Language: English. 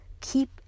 keep